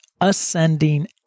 ascending